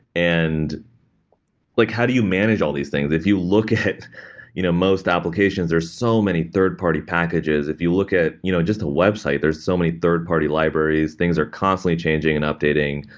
and like how do you manage all these things? if you look at you know most applications, there are so many third-party packages. if you look at you know just a website, there are so many third-party libraries. things are constantly changing and updating.